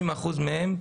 60% מהם,